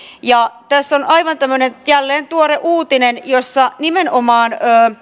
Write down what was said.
tässä on jälleen tämmöinen aivan tuore uutinen jossa nimenomaan